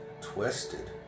twisted